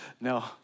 no